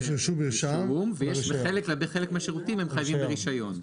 יש רישום ובחלק מהשירותים הם חייבים רישיון.